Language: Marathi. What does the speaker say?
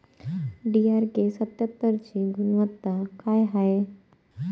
डी.आर.के सत्यात्तरची गुनवत्ता काय हाय?